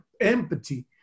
empathy